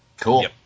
Cool